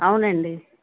అవునండి